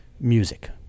music